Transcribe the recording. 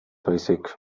baizik